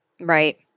right